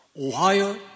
Ohio